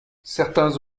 certains